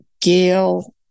Gail